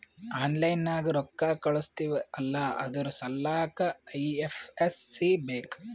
online ನಾಗ್ ರೊಕ್ಕಾ ಕಳುಸ್ತಿವ್ ಅಲ್ಲಾ ಅದುರ್ ಸಲ್ಲಾಕ್ ಐ.ಎಫ್.ಎಸ್.ಸಿ ಬೇಕ್